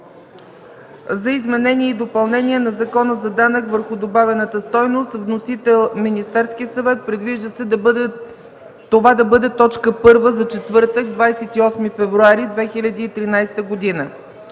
за изменение и допълнение на Закона за данък върху добавената стойност. Вносител – Министерският съвет. Предвижда се това да бъде точка първа за четвъртък, 28 февруари 2013 г.